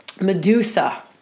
Medusa